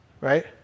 right